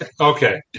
Okay